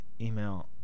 email